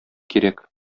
кирәк